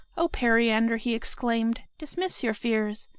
o periander, he exclaimed, dismiss your fears!